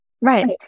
Right